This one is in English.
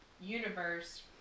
universe